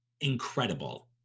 incredible